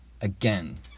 Again